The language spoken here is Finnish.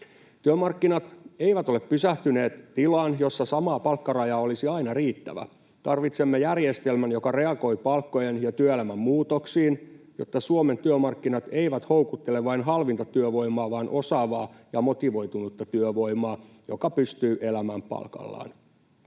Työmarkkinat eivät ole pysähtyneet tilaan, jossa sama palkkaraja olisi aina riittävä. Tarvitsemme järjestelmän, joka reagoi palkkojen ja työelämän muutoksiin, jotta Suomen työmarkkinat eivät houkuttele vain halvinta työvoimaa vaan osaavaa ja motivoitunutta työvoimaa, joka pystyy elämään palkallaan.